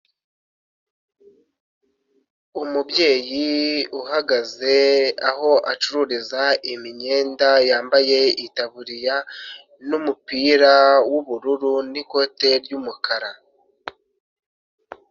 Umubyeyi uhagaze aho acururiza imyenda yambaye itaburiya n'umupira w'ubururu n'ikote ry'umukara.